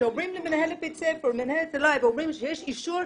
כשאומרים למנהלת בית ספר שיש אישור,